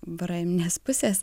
vereminės pusės